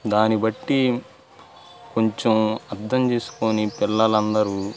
దాన్ని బట్టి కొంచెం అర్థం చేసుకొని పిల్లలందరు